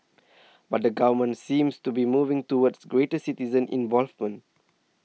but the government seems to be moving towards greater citizen involvement